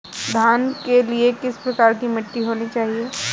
धान के लिए किस प्रकार की मिट्टी होनी चाहिए?